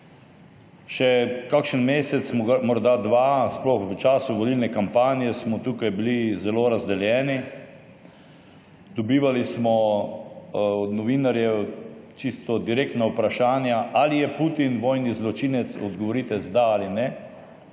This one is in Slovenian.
Še kakšen mesec, morda dva, sploh v času volilne kampanje, smo tukaj bili zelo razdeljeni. Od novinarjev smo dobivali čisto direktna vprašanja, ali je Putin vojni zločinec, odgovorite z da ali ne.